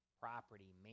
property